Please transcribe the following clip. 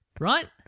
Right